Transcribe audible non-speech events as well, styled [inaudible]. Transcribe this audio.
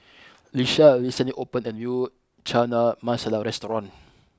[noise] Lisha recently opened a new Chana Masala restaurant